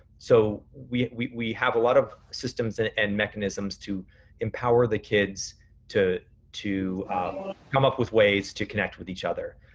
so we we have a lot of systems and and mechanisms to empower the kids to to come up with ways to connect with each other.